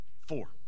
Four